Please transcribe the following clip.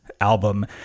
album